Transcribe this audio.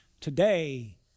today